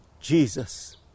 Jesus